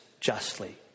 justly